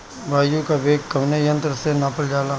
वायु क वेग कवने यंत्र से नापल जाला?